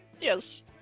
yes